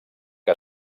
que